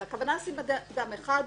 אם הכוונה לשים בן אדם אחד,